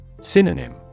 Synonym